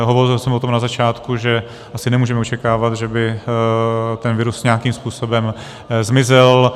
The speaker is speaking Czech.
Hovořil jsem o tom na začátku, že asi nemůžeme očekávat, že by ten virus nějakým způsobem zmizel.